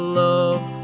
love